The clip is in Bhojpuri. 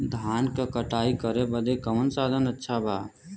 धान क कटाई करे बदे कवन साधन अच्छा बा?